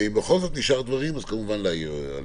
ואם בכל זאת נשארו דברים, אז כמובן להעיר עליהם.